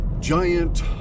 giant